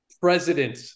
president